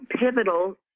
Pivotal